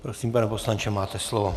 Prosím, pane poslanče, máte slovo.